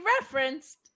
referenced